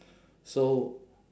so